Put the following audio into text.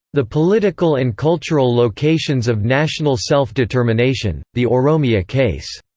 the political and cultural locations of national self-determination the oromia case,